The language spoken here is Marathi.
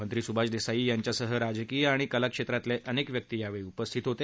मंत्री सुभाष देसाई यांच्यासह राजकीय आणि कलाक्षेत्रातले अनेक व्यक्ती यावेळी उपस्थित होते